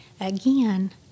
again